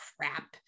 Crap